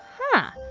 huh.